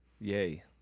Yay